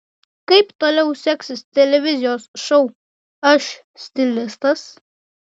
kaip toliau seksis televizijos šou aš stilistas